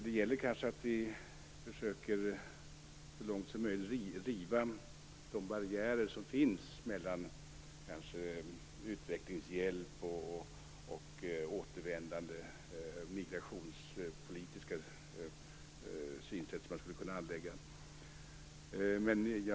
Det gäller kanske att vi försöker att så långt som möjligt riva de barriärer som finns mellan utvecklingshjälp och återvändande, med de migrationspolitiska synsätt som man skulle kunna anlägga.